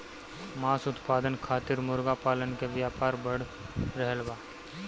मांस उत्पादन खातिर मुर्गा पालन के व्यापार बढ़ रहल बा